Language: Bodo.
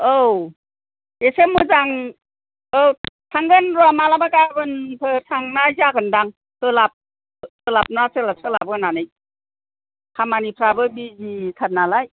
औ एसे मोजां औ थांगोन र' माब्लाबा गाबोनफोर थांनाय जागोन दां सोलाब सोलाबना सोलाब होनानै खामानिफ्राबो बिजि थार नालाय